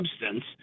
substance